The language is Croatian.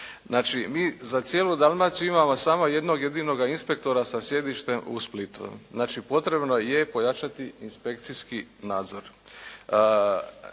Znači mi za cijelu Dalmaciju imamo samo jednog jedinoga inspektora sa sjedištem u Splitu. Znači potrebno je pojačati inspekcijski nadzor.